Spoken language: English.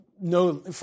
no